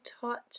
taught